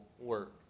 work